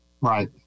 Right